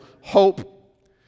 hope